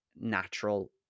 natural